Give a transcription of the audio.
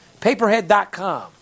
Paperhead.com